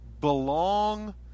belong